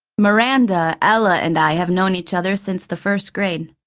miranda, ella, and i have known each other since the first grade.